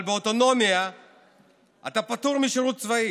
אבל באוטונומיה אתה פטור משירות צבאי.